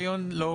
מהו